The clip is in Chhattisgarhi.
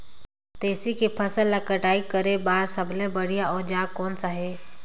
तेसी के फसल ला कटाई करे बार सबले बढ़िया औजार कोन सा हे?